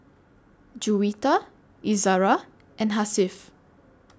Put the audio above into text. Juwita Izzara and Hasif